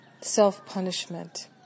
self-punishment